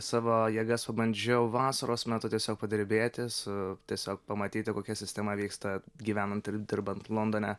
savo jėgas pabandžiau vasaros metu tiesiog padirbėti su tiesiog pamatyti kokia sistema vyksta gyvenant ir dirbant londone